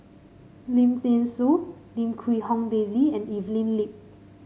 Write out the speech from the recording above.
Lim Thean Soo Lim Quee Hong Daisy and Evelyn Lip